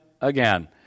again